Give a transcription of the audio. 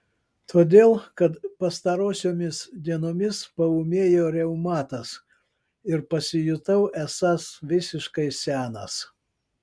todėl kad pastarosiomis dienomis paūmėjo reumatas ir pasijutau esąs visiškai senas